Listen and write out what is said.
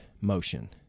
motion